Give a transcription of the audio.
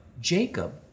Jacob